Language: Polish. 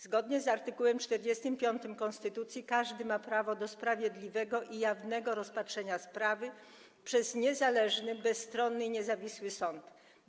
Zgodnie z art. 45 konstytucji każdy ma prawo do sprawiedliwego i jawnego rozpatrzenia sprawy przez niezależny, bezstronny i niezawisły sąd.